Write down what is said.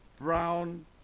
brown